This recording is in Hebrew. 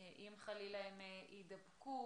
אם חלילה יידבקו,